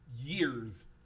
years